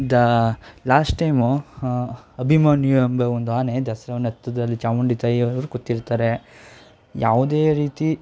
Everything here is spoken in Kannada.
ದ ಲಾಸ್ಟ್ ಟೈಮು ಅಭಿಮನ್ಯು ಎಂಬ ಒಂದು ಆನೆ ದಸ್ರಾವನ್ನು ಹತ್ರದಲ್ಲಿ ಚಾಮುಂಡಿ ತಾಯಿಯವರು ಕೂತಿರ್ತಾರೆ ಯಾವುದೇ ರೀತಿ